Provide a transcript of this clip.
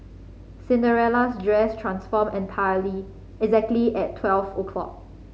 Cinderella's dress transformed entirely exactly at twelve o'clock